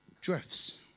drifts